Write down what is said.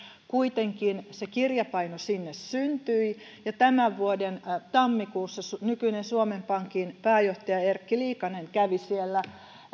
kuitenkin se kirjapaino sinne syntyi ja tämän vuoden tammikuussa nykyinen suomen pankin pääjohtaja erkki liikanen kävi siellä